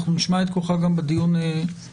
אנחנו נשמע את קולך גם בדיון הבא,